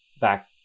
back